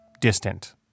distant